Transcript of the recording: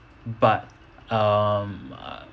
but um uh